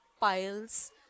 piles